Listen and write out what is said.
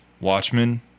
Watchmen